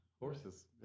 Horses